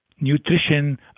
nutrition